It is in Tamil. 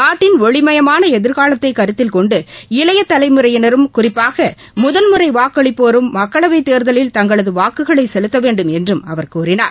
நாட்டின் ஒளிமயமான எதிர்காலத்தை கருத்தில்கொண்டு இளைய தலைமுறையினரும் குறிப்பாக முதன்முறை வாக்களிப்போரும் மக்களவைத்தேர்தலில் தங்களது வாக்குகளை செலுத்தவேண்டும் என்றும் அவர் கூறினார்